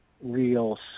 real